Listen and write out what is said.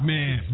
Man